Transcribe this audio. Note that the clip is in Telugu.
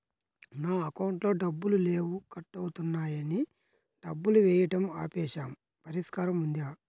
నా అకౌంట్లో డబ్బులు లేవు కట్ అవుతున్నాయని డబ్బులు వేయటం ఆపేసాము పరిష్కారం ఉందా?